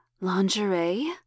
lingerie